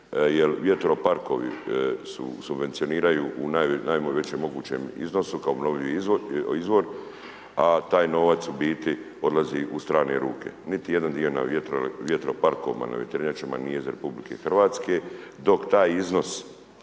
jer vjetroparkovi se subvencioniraju u najvećem mogućem iznosu kao obnovljivi izvor, a taj novac u biti odlazi u strane ruke. Niti jedan dio na vjetroparkovima na vjetrenjačama nije iz RH, dok taj iznos